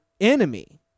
enemy